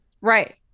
Right